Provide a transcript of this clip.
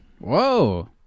Whoa